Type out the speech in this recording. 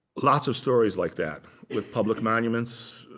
lots of stories like that with public monuments,